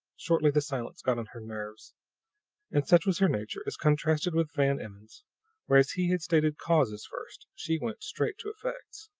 shortly the silence got on her nerves and such was her nature, as contrasted with van emmon's whereas he had stated causes first, she went straight to effects.